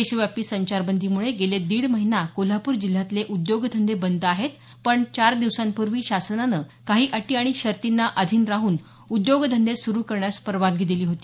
देशव्यापी संचारबंदीमुळे गेले दीड महिना कोल्हापूर जिल्ह्यातील उद्योगधंदे बंद आहेत पण चार दिवसापूर्वी शासनानं काही अटी आणि शर्तींना अधीन राहून उद्योगधंदे सुरू करण्यास परवानगी दिली होती